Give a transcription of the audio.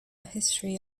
history